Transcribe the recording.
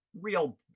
real